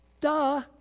Duh